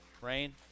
Rain